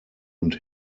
und